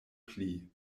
pli